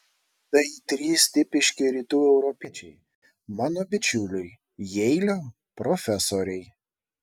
tai trys tipiški rytų europiečiai mano bičiuliai jeilio profesoriai